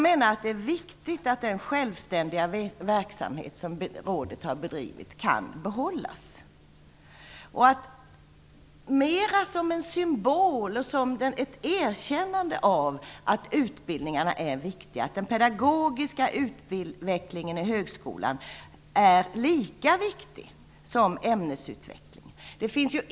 Det är viktigt att den självständiga verksamhet som rådet bedrivit kan behållas, mera som en symbol och som ett erkännande av att utbildningarna är viktiga och att pedagogisk utveckling inom högskolan är lika viktig som ämnesutveckling.